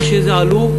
איך שזה עלה,